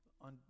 on